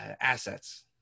assets